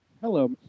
Hello